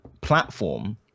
platform